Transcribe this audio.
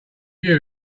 you